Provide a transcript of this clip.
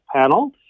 panel